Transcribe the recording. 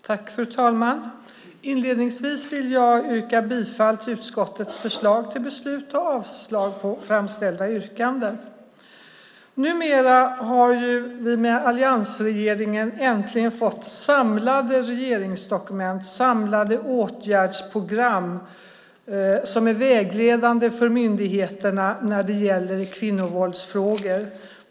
Fru talman! Inledningsvis yrkar jag bifall till utskottets förslag till beslut och avslag på framställda yrkanden. Numera har vi med alliansregeringen äntligen fått samlade regeringsdokument, samlade åtgärdsprogram, som är vägledande för myndigheterna när det gäller kvinnovåldsfrågor.